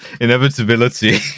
inevitability